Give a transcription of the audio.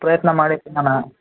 ಪ್ರಯತ್ನ ಮಾಡಿ ತಿನ್ನೋಣ